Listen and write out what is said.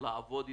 לעבוד איתו.